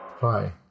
Hi